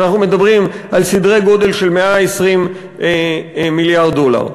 כשאנחנו מדברים על סדרי-גודל של 120 מיליארד דולר.